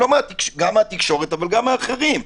גם מהתקשורת אבל גם מאחרים.